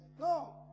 No